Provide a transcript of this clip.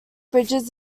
bridges